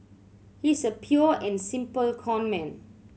he's a pure and simple conman